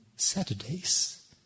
Saturdays